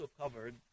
covered